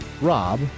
Rob